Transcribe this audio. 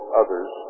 others